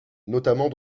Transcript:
notamment